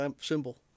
symbol